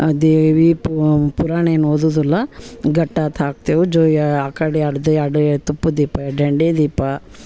ದೇವಿ ಪುರಾಣ ಏನೂ ಓದುವುದಿಲ್ಲ ಗಟ್ಟಾತ್ ಹಾಕ್ತೇವೆ ಜೋಯಿ ಅಕಾಡೆ ಅಡ್ದೆ ಅಡೆ ತುಪ್ಪದ ದೀಪ ಇಡಂಡೆ ದೀಪ